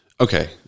Okay